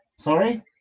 sorry